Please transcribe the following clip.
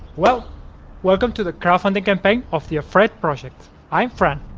well welcome to the crowdfunding campaign of the afraid project. i'm fran,